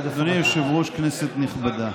אדוני היושב-ראש, כנסת נכבדה,